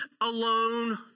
alone